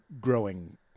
growing